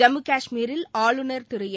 ஜம்மு கஷ்மீரில் ஆளுநர் திரு என்